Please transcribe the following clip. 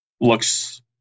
looks